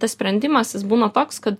tas sprendimas jis būna toks kad